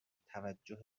توجه